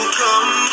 come